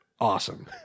awesome